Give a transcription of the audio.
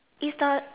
is the